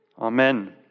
Amen